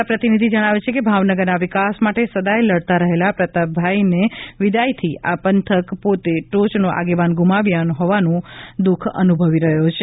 અમારા પ્રતિનિધિ જણાવે છે કે ભાવનગરના વિકાસ માટે સદાય લડતા રહેલા પ્રતાપભાઈને વિદાયથી આ પંથક પોતે ટોચનો આગેવાન ગુમાવ્યો હોવાનું દુખ અનુભવી રહ્યો છે